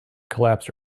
collapsed